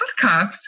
podcast